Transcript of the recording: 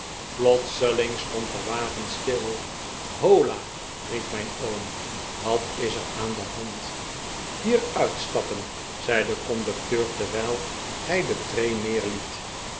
plotseling stond de wagen stil hola riep mijn oom wat is er aan de hand hier uitstappen zei de conducteur terwijl hij de tree